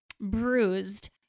bruised